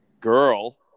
girl